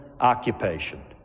occupation